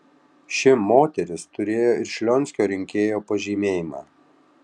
ši moteris turėjo ir šlionskio rinkėjo pažymėjimą